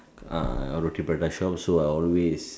ah Roti Prata shop so I always